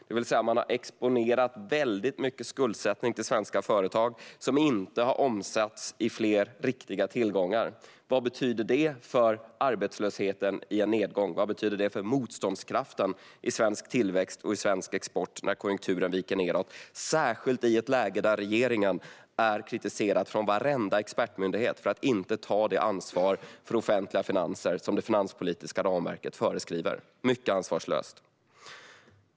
Man har alltså exponerat väldigt mycket skuldsättning till svenska företag som inte har omsatts i fler riktiga tillgångar. Vad betyder det för arbetslösheten i en nedgång? Vad betyder det för motståndskraften i svensk tillväxt och i svensk export när konjunkturen viker nedåt, särskilt i ett läge där regeringen är kritiserad från varenda expertmyndighet för att inte ta det ansvar för offentliga finanser som det finanspolitiska ramverket föreskriver - mycket ansvarslöst?